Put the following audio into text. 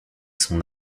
son